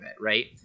right